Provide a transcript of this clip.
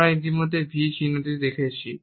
আমরা ইতিমধ্যে V চিহ্ন দেখেছি